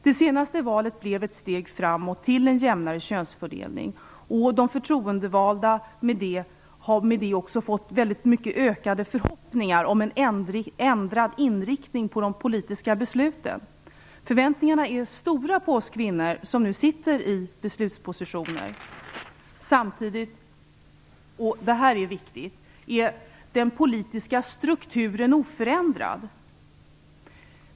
Det senaste valet blev ett steg framåt mot en jämnare könsfördelning och de förtroendevalda har i och med det också fått ökade förhoppningar om en ändrad inriktning av de politiska besluten. Förväntningarna på oss kvinnor som nu sitter i beslutspositioner är stora. Samtidigt - och det här är viktigt - är den politiska strukturen oförändrad.